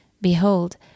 Behold